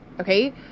Okay